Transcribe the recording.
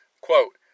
Quote